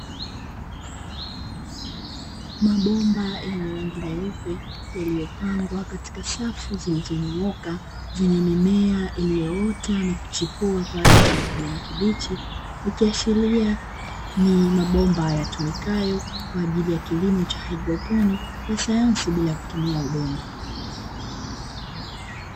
Mabomba yenye rangi nyeupe yaliyopangwa katika safu zilizonyooka zenye mimea iliyoota na kuchipua kwa rangi ya kijani kibichi, ikiashiria ni mabomba yatumikayo kwa ajili ya kilimo cha haidroponi cha sayansi bila kutumia udongo.